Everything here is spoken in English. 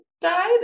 died